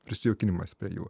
prisijaukinimas prie jų